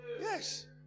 Yes